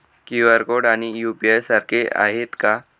QR code आणि UPI सारखे आहेत का?